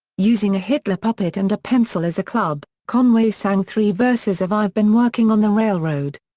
using a hitler puppet and a pencil as a club, conway sang three verses of i've been working on the railroad.